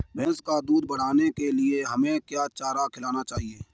भैंस का दूध बढ़ाने के लिए हमें क्या चारा खिलाना चाहिए?